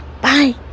bye